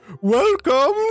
Welcome